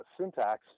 syntax